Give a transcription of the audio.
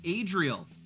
adriel